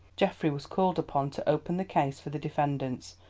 geoffrey was called upon to open the case for the defendants,